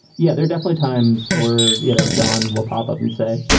yeah. there are definitely times where, you know, john will pop up and say,